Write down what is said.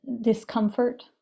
discomfort